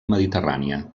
mediterrània